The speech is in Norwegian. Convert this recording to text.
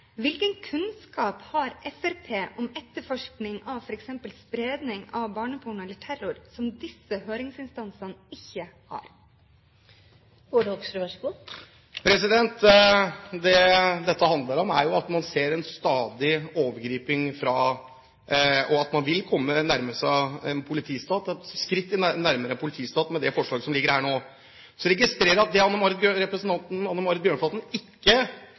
Hvilken kunnskap har Fremskrittspartiet om etterforskning av f.eks. spredning av barneporno eller terror som disse høringsinstansene ikke har? Det dette handler om, er at man ser en stadig større overgriping, og at man vil komme et skritt nærmere en politistat med det forslaget som ligger her nå. Så registrerer jeg at representanten Anne Marit Bjørnflaten ikke